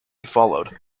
followed